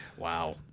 Wow